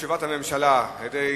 תשובת הממשלה, על-ידי